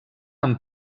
amb